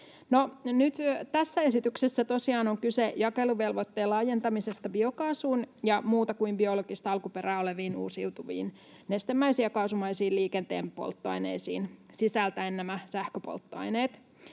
tässä esityksessä tosiaan on kyse jakeluvelvoitteen laajentamisesta biokaasuun ja muuta kuin biologista alkuperää oleviin uusiutuviin nestemäisiin ja kaasumaisiin liikenteen polttoaineisiin sisältäen nämä sähköpolttoaineet.